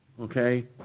okay